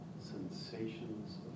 sensations